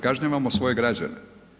Kažnjavamo svoje građane.